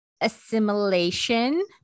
assimilation